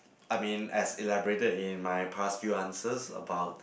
I mean as elaborated in my past few answers about